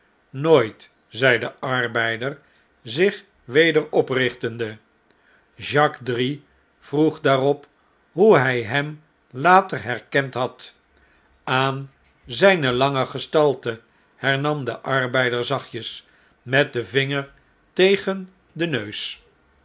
nooit zei de arbeider zich weder oprichtende jacques drie vroeg daarop hoe hjj hem later herkend had aan zjjne lange gestalte hernam de arbeider zachtjes met den vinger tegen den neus